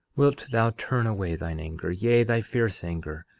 wilt thou turn away thine anger, yea, thy fierce anger,